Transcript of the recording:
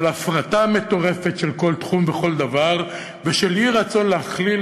של הפרטה מטורפת של כל תחום וכל דבר בשל אי-רצון להכליל,